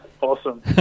Awesome